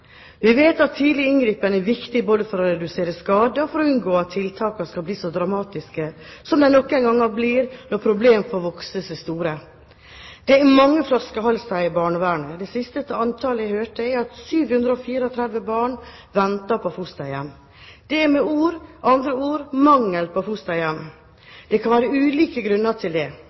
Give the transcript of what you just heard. Vi vet at tidlig inngripen er viktig både for å redusere skader og for å unngå at tiltakene skal bli så dramatiske som de noen ganger blir når problemer får vokse seg store. Det er mange flaskehalser i barnevernet, og det siste jeg hørte, er at 734 barn venter på fosterhjem. Det er med andre ord mangel på fosterhjem. Det kan være ulike grunner til det.